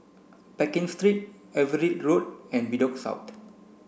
Pekin Street Everitt Road and Bedok